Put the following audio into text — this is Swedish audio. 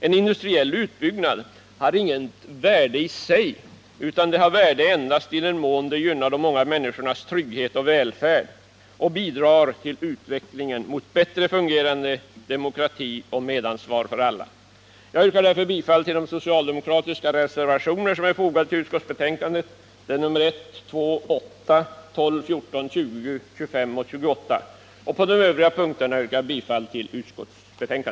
En industriell utbyggnad har inget värde i sig, utan den har värde endast i den mån den gynnar de många människornas trygghet och välfärd och bidrar till utvecklingen mot bättre fungerande demokrati och medansvar för alla. Jag yrkar därför bifall till de socialdemokratiska reservationer som är fogade vid utskottsbetänkandet, nr 1, 2, 8, 12, 14, 20, 25 och 28. På övriga punkter yrkar jag bifall till utskottets hemställan.